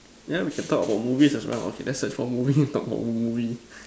ya we can talk about movies as well okay let's search for movies talk about movies